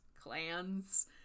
clans